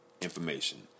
information